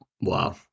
Wow